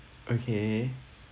okay